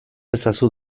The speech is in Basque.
ezazu